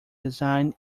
design